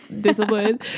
discipline